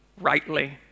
rightly